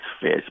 fish